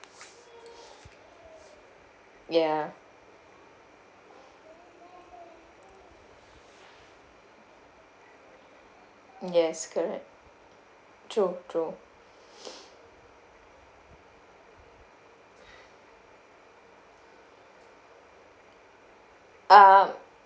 ya yes correct true true uh